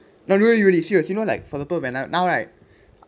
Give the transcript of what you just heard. no really really serious you know like for example like now right